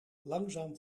langzaam